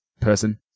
person